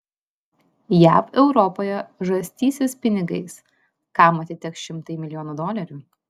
jav europoje žarstysis pinigais kam atiteks šimtai milijonų dolerių